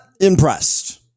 impressed